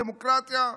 דמוקרטיה,